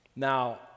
Now